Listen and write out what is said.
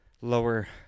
lower